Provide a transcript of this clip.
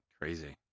Crazy